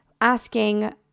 asking